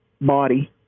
body